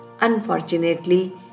Unfortunately